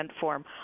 form